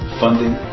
funding